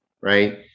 Right